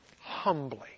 Humbly